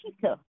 Peter